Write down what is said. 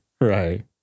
right